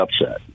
upset